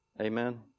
Amen